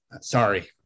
Sorry